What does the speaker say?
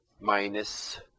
minus